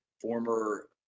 former